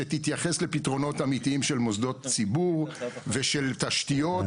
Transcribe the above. שתתייחס לפתרונות אמיתיים של מוסדות ציבור ושל תשתיות.